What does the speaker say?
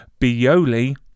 Bioli